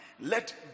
let